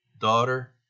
daughter